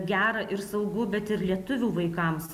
gera ir saugu bet ir lietuvių vaikams